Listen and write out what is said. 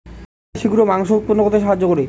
কোন খাবারে শিঘ্র মাংস উৎপন্ন করতে সাহায্য করে?